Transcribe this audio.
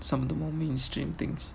some of the more things